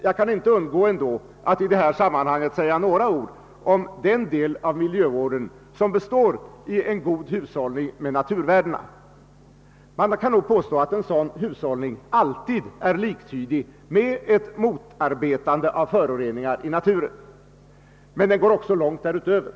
Jag kan dock inte undgå att i detta sammanhang säga några ord om der del av miljövården som består i er god hushållning med naturvärdena Man kan nog påstå att en sådan hus hållning alltid är liktydig med ett motarbetande av föroreningar i na turen, men den går också långt därutöver.